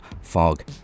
Fog